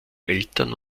eltern